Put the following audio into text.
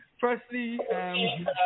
Firstly